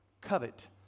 Covet